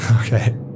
Okay